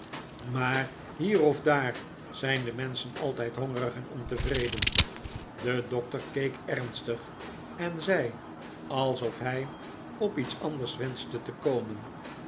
maar hier of daar zijn de menschen altijd hongerig en ontevreden de doctor keek ernstig en zei alsof hij op iets anders wenschte te komen